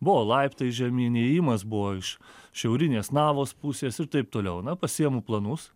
buvo laiptai žemyn įėjimas buvo iš šiaurinės navos pusės ir taip toliau na pasiimu planus